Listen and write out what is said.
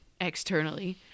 externally